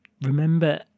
remember